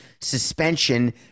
suspension